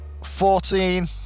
Fourteen